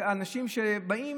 מאנשים שבאים,